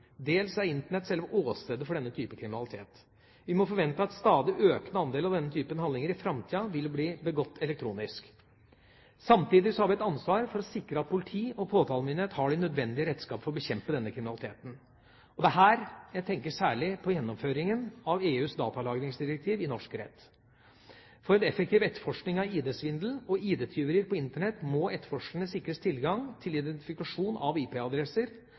dels er Internett selve åstedet for denne typen kriminalitet. Vi må forvente at en stadig økende andel av denne typen handlinger i framtida vil bli begått elektronisk. Samtidig har vi et ansvar for å sikre at politi og påtalemyndighet har de nødvendige redskaper for å bekjempe denne kriminaliteten. Jeg tenker særlig på gjennomføringen av EUs datalagringsdirektiv i norsk rett. For en effektiv etterforskning av ID-svindel og ID-tyverier på Internett må etterforskerne sikres tilgang til identifikasjon av